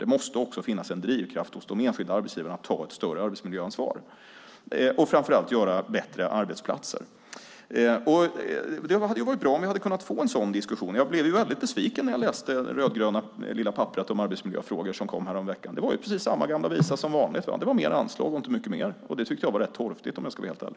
Det måste också finnas en drivkraft hos de enskilda arbetsgivarna att ta ett större arbetsmiljöansvar och framför allt göra bättre arbetsplatser. Det hade varit bra om vi hade kunnat få en sådan diskussion. Jag blev väldigt besviken när jag läste det lilla rödgröna papperet om arbetsmiljöfrågor som kom häromveckan. Det var precis samma gamla visa som vanligt. Det var mer anslag och inte mycket mer. Det tyckte jag var rätt torftigt om jag ska vara helt ärlig.